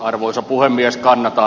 arvoisa puhemies kannata